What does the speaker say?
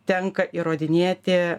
tenka įrodinėti